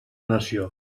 nació